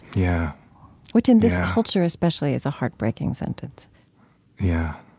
yeah which, in this culture especially, is a heartbreaking sentence yeah.